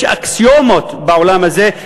יש אקסיומות בעולם הזה,